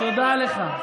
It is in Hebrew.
תודה לך.